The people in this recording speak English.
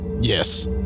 Yes